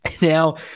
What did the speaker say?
Now